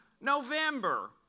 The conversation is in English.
November